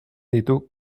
ditu